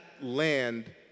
land